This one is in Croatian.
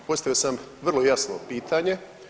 Postavio sam vrlo jasno pitanje.